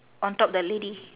on top the lady